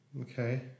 Okay